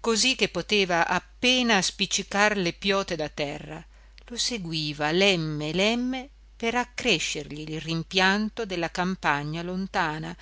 così che poteva appena spiccicar le piote da terra lo seguiva lemme lemme per accrescergli il rimpianto della campagna lontana